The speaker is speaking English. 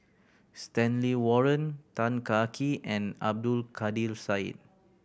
Stanley Warren Tan Kah Kee and Abdul Kadir Syed